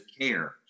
care